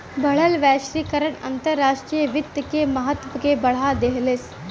बढ़ल वैश्वीकरण अंतर्राष्ट्रीय वित्त के महत्व के बढ़ा देहलेस